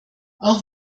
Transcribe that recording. auch